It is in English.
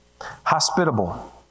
hospitable